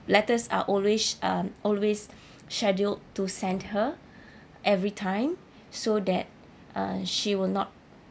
letters are always um always scheduled to send her every time so that uh she will not